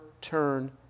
turn